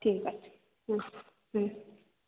ঠিক আছে হুম হুম